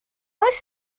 oes